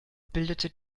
bildete